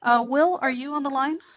ah will, are you on the line?